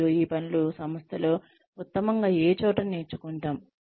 మరియు ఈ పనులు సంస్థలో ఉత్తమంగా ఏ చోట నేర్చుకుంటాం